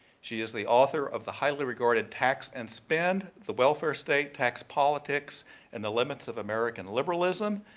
she is the author of the highly-regarded tax and spend the welfare state, tax politics and the limits of american liberalism.